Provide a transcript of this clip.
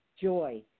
joy